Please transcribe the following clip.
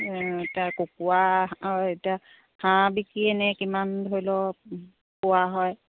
তাৰ কুকৰা এতিয়া হাঁহ বিকি এনেই কিমান ধৰি লওক পোৱা হয়